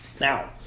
Now